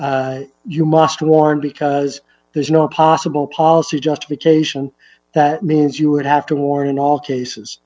case you must warn because there's no possible policy justification that means you would have to warn in all cases